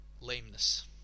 lameness